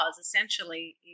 essentially